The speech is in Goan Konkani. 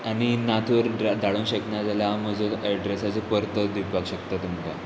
आनी नातोर धाडूंक शकना जाल्यार हांव म्हजो एड्रेसाचो परत दिवपाक शकता तुमकां